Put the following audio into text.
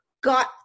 got